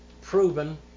proven